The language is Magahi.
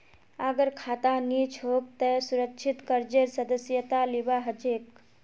अगर खाता नी छोक त सुरक्षित कर्जेर सदस्यता लिबा हछेक